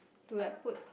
to like put